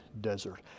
desert